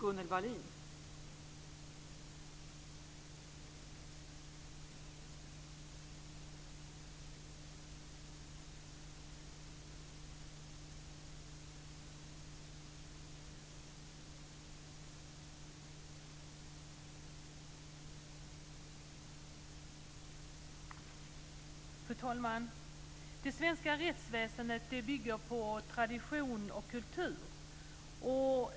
Fru talman! Det svenska rättsväsendet bygger på tradition och kultur.